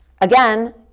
Again